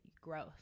growth